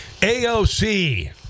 AOC